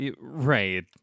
right